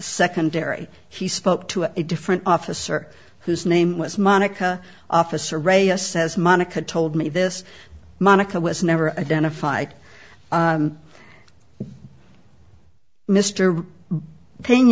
secondary he spoke to a different officer whose name was monica officer ray says monica told me this monica was never identified mr bay